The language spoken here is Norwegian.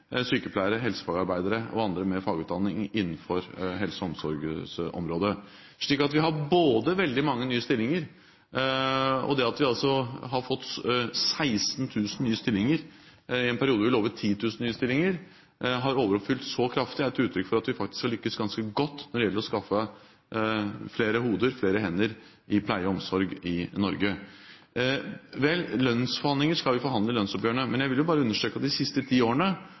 sykepleiere, helsefagarbeider og andre med fagutdanning innenfor helse- og omsorgsområdet. Og vi har veldig mange nye stillinger. Vi har fått 16 000 nye stillinger i en periode hvor vi lovet 10 000. Det at vi har overoppfylt så kraftig, er et uttrykk for at vi faktisk har lyktes ganske godt når det gjelder å skaffe flere hoder og flere hender til pleie og omsorg i Norge. Lønnsforhandlinger skal vi ta i lønnsoppgjørene, men jeg vil understreke at de siste ti årene